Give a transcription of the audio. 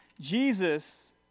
Jesus